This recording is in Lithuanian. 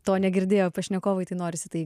to negirdėjo pašnekovai tai norisi tai